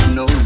no